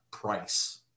Price